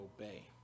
obey